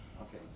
Okay